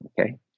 okay